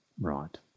Right